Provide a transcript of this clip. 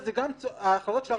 זה הנוסח,